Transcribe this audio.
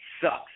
sucks